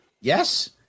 Yes